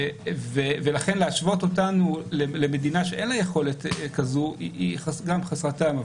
ולכן להשוות אותנו למדינה שאין לה יכולת כזאת זה חסר טעם,